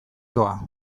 doa